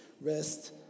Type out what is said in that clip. Rest